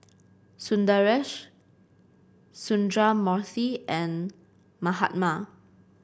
Sundaresh Sundramoorthy and Mahatma